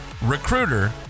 Recruiter